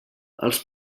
els